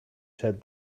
said